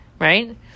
Right